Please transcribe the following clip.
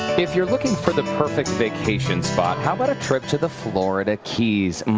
if you're looking for the perfect vacation spot, how about a tribute to the florida keys?